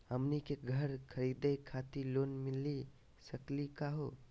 हमनी के घर खरीदै खातिर लोन मिली सकली का हो?